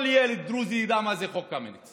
כל ילד דרוזי ידע מה זה חוק קמיניץ.